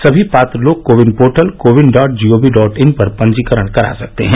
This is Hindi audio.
सभी पात्र लोग CoWIN portal CoWIN dot gov dot in पर पंजीकरण करा सकते हैं